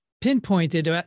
pinpointed